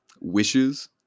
wishes